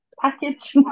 package